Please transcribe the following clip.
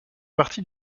partie